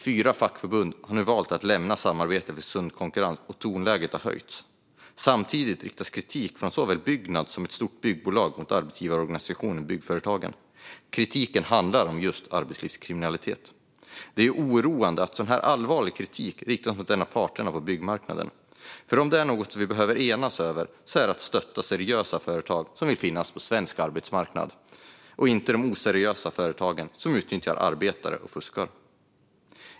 Fyra fackförbund har nu valt att lämna samarbetet om sund konkurrens, och tonläget har höjts. Samtidigt riktas kritik mot arbetsgivarorganisationen Byggföretagen från såväl Byggnads som ett stort byggbolag. Kritiken handlar om just arbetslivskriminalitet. Det är oroande att så allvarlig kritik riktas mot en av parterna på byggmarknaden, för om det är något vi behöver enas i är det arbetet med att stötta seriösa företag som vill finnas på svensk arbetsmarknad - inte de oseriösa företag som utnyttjar arbetare och fuskar.